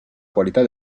qualità